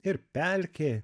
ir pelkė